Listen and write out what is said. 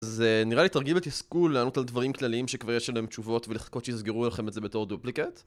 זה נראה לי תרגיל בתסכול, לענות על דברים כלליים שכבר יש עליהם תשובות ולחכות שיסגרו עליכם את זה בתור דופליקט